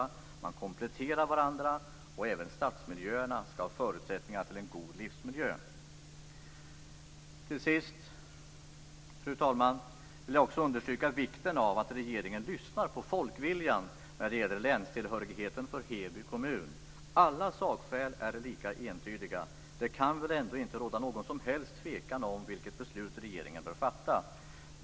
De kompletterar varandra, och även stadsmiljöerna skall ha förutsättningar till en god livsmiljö. Till sist, fru talman, vill jag också understryka vikten av att regeringen lyssnar på folkviljan när det gäller länstillhörigheten för Heby kommun. Alla sakskäl är lika entydiga. Det kan väl ändå inte råda någon som helst tvekan om vilket beslut regeringen bör fatta.